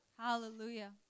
Hallelujah